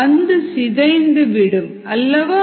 பந்து சிதைந்து விடும் அல்லவா